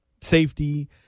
safety